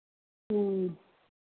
ह्म्म